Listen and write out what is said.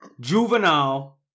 Juvenile